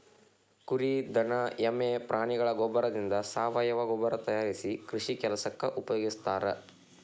ಕುರಿ ದನ ಎಮ್ಮೆ ಪ್ರಾಣಿಗಳ ಗೋಬ್ಬರದಿಂದ ಸಾವಯವ ಗೊಬ್ಬರ ತಯಾರಿಸಿ ಕೃಷಿ ಕೆಲಸಕ್ಕ ಉಪಯೋಗಸ್ತಾರ